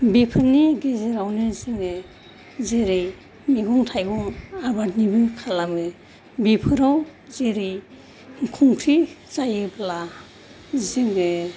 बेफोरनि गेजेरावनो जोङो जेरै मैगं थाइगङाव आबादनिबो खालामो बेफोराव जेरै खंख्रि जायोब्ला जोङो